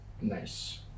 nice